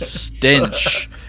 stench